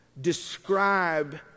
describe